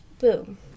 Boom